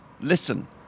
Listen